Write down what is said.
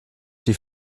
die